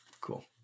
Cool